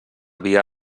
via